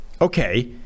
okay